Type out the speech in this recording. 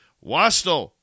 Wastel